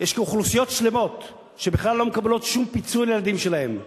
יש אוכלוסיות שלמות שבכלל לא מקבלות שום פיצוי לילדים שלהן,